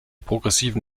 progressiven